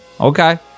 Okay